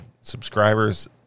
subscribers